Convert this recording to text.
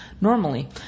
normally